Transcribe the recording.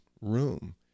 room